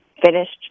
finished